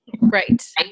Right